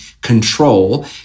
control